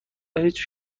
هیچ